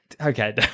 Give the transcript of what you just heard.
okay